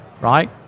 right